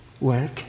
work